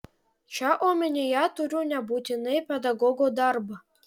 čia omenyje turiu nebūtinai pedagogo darbą